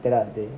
எதாவது:ethavadhu